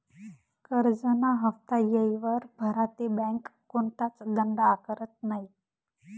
करजंना हाफ्ता येयवर भरा ते बँक कोणताच दंड आकारत नै